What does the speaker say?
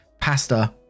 pasta